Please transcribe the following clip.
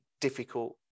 difficult